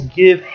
give